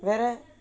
வேறே:verae